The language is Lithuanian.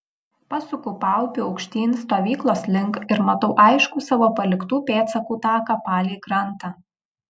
pasuku paupiu aukštyn stovyklos link ir matau aiškų savo paliktų pėdsakų taką palei krantą